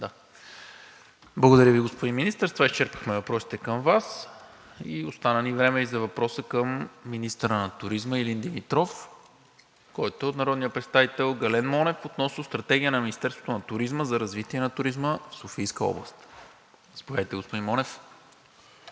Благодаря Ви, господин Министър. С това изчерпахме въпросите към Вас. Остана ни време за въпроса към министъра на туризма Илин Димитров, който е от народния представител Гален Монев относно стратегия на Министерство на туризма за развитие на туризма в Софийска област. Заповядайте, господин Монев.